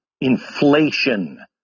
Inflation